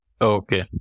Okay